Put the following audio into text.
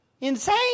Insane